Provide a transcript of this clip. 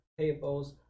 payables